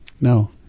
no